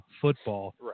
football